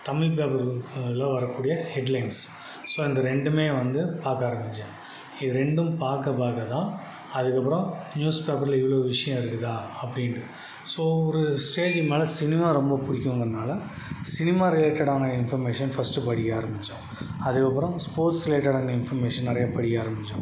தமிழ் பேப்பரில் வர்றக்கூடிய headlines so அந்த ரெண்டுமே வந்து பார்க்க ஆரம்பித்தேன் இது ரெண்டும் பார்க்க பார்க்கதான் அதுக்கப்புறம் நியூஸ் பேப்பரில் இவ்வளோ விஷயம் இருக்குதா அப்படின்ட்டு ஸோ ஒரு ஸ்டேஜுக்கு மேலே சினிமா ரொம்ப பிடிக்குங்கிறனால சினிமா ரிலேட்டடான இன்ஃபர்மேஷன் ஃபர்ஸ்ட்டு படிக்க ஆரம்பித்தோம் அதுக்கப்புறம் ஸ்போர்ட்ஸ் ரிலேட்டடான இன்ஃபர்மேஷன் நிறைய படிக்க ஆரம்பித்தோம்